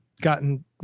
gotten